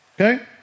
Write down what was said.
Okay